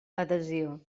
adhesió